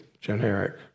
generic